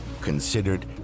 considered